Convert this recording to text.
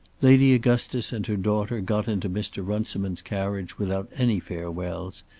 lady augustus and her daughter got into mr. runciman's carriage without any farewells,